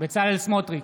בצלאל סמוטריץ'